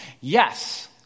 Yes